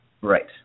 Right